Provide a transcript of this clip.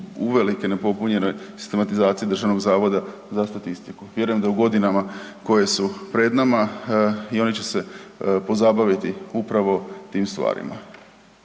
uvelike nepopunjenoj sistematizaciji Državnog zavoda za statistiku. Vjerujem da u godinama koje su pred nama i oni će se pozabaviti upravo tim stvarima.